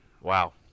Wow